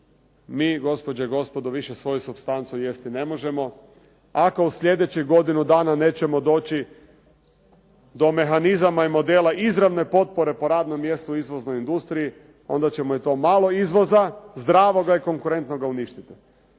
Mi gospođe i gospodo više svoju supstancu jesti ne možemo. Ako u slijedećih godinu dana nećemo doći do mehanizama i modela izravne potpore po radnom mjestu u izvoznoj industriji onda ćemo i to malo izvoza zdravoga i konkurentnoga uništiti.